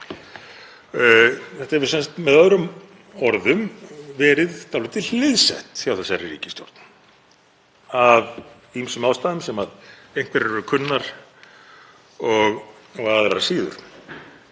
Þetta hefur sem sagt með öðrum orðum verið dálítið hliðsett hjá þessari ríkisstjórn af ýmsum ástæðum sem einhverjar eru kunnar og aðrar síður.